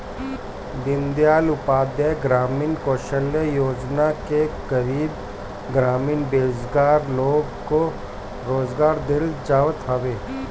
दीनदयाल उपाध्याय ग्रामीण कौशल्य योजना में गरीब ग्रामीण बेरोजगार लोग को रोजगार देहल जात हवे